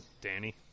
danny